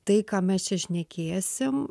tai ką mes čia šnekėsim